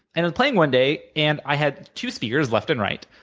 and i was playing one day and i had two speakers, left and right,